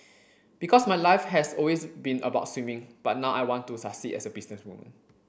because my life has always been about swimming but now I want to succeed as a businesswoman